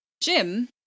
Jim